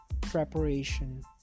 Preparation